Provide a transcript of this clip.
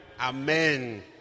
Amen